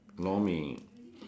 lor-mee